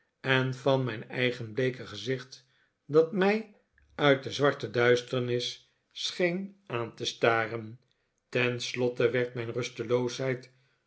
en van mijn eigen bleeke gezicht dat mij uit de zwarte duisternis scheen aan te staren tenslotte werd mijn fusteloosheid